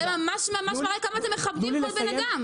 זה ממש מראה כמה אתם מכבדים כל בן אדם.